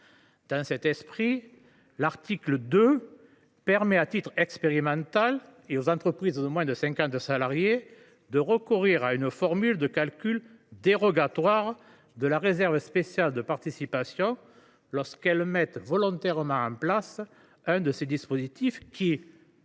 Dans cet esprit, l’article 2 permet, à titre expérimental, aux entreprises de moins de 50 salariés, de recourir à une formule de calcul dérogatoire de la réserve spéciale de participation, lorsqu’elles mettent volontairement en place un de ces dispositifs, ce